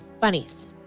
Bunnies